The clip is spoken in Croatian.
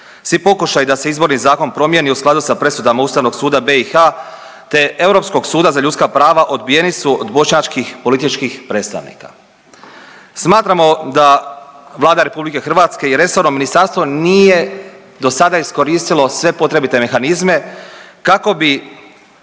Svi pokušaji da se Izborni zakon promijeni u skladu sa presudama Ustavnog suda BiH, te Europskog suda za ljudska prava odbijeni su od bošnjačkih političkih predstavnika. Smatramo da Vlada RH i resorno ministarstvo nije do sada iskoristilo sve potrebite mehanizme kako bi